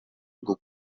bwo